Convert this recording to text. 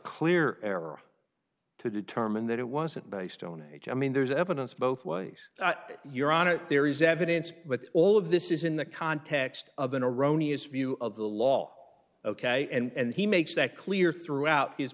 clear error to determine that it wasn't based on age i mean there's evidence both ways that you're on it there is evidence but all of this is in the context of an erroneous view of the law ok and he makes that clear throughout his